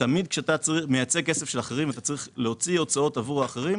ותמיד כשאתה מייצג כסף של אחרים ואתה צריך להוציא הוצאות עבור אחרים,